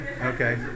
Okay